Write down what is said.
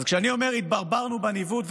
אז כשאני אומר שהתברברנו בניווט,